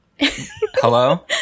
hello